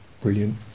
brilliant